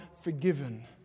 forgiven